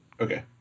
Okay